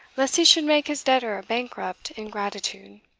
lest he should make his debtor a bankrupt in gratitude.